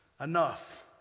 enough